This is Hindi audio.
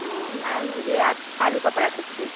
हाँ मैम मुझे आप आलू का पराठा चाहिए